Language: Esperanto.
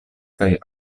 kaj